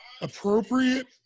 appropriate